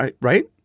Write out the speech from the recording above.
right